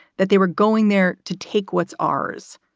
that they were going there to take what's ours.